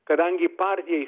kadangi partijai